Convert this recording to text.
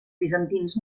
bizantins